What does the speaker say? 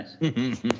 nice